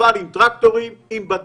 אבל עם טרקטורים, עם בתים.